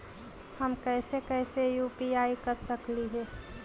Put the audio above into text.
हम कैसे कैसे यु.पी.आई कर सकली हे?